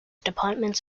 departments